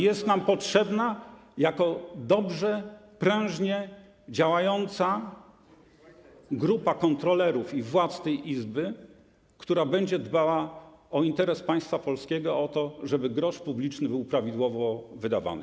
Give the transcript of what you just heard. Jest nam potrzebna jako dobrze, prężnie działająca grupa kontrolerów i władz tej Izby, która będzie dbała o interes państwa polskiego, o to, żeby grosz publiczny był prawidłowo wydawany.